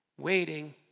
waiting